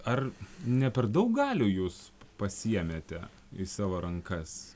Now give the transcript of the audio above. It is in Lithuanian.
ar ne per daug galių jūs pasiėmėte į savo rankas